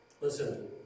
Listen